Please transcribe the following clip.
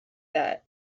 that